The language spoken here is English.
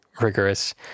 rigorous